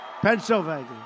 Pennsylvania